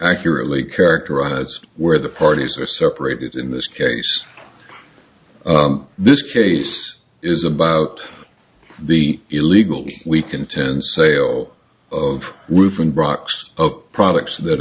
accurately characterize where the parties are separated in this case this case is about the illegal we contend sale of roofing brock's of products that